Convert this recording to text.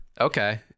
Okay